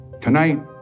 Tonight